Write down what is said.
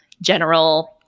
general